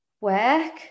work